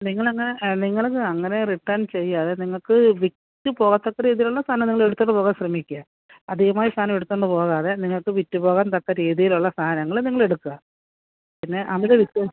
നിങ്ങൾ അങ്ങ് നിങ്ങൾ അങ്ങ് അങ്ങനെ റിട്ടേൺ ചെയ്യാതെ നിങ്ങൾക്ക് വിറ്റ് പോകത്തക്ക രീതിയിലുള്ള സാധനം നിങ്ങൾ എടുത്തിട്ട് പോകാൻ ശ്രമിക്കുക അധികമായ സാധനം എടുത്തുകൊണ്ട് പോകാതെ നിങ്ങൾക്ക് വിറ്റ് പോകാൻ തക്ക രീതിയിലുള്ള സാധനങ്ങൾ നിങ്ങൾ എടുക്കുക പിന്നെ അമിത വിറ്റ്